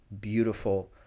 beautiful